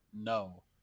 no